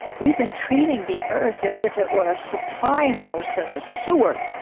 we've been treating the earth as if it were a supply house and a sewer.